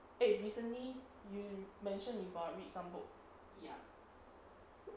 eh recently you mentioned you got read some books